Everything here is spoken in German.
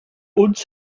uns